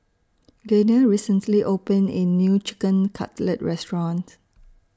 Gaynell recently opened A New Chicken Cutlet Restaurant